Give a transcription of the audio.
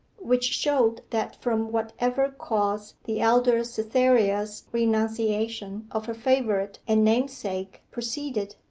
which showed that from whatever cause the elder cytherea's renunciation of her favourite and namesake proceeded,